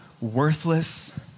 worthless